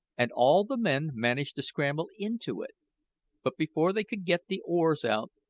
and all the men managed to scramble into it but before they could get the oars out,